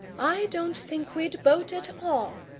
i don't think we'd boat at all,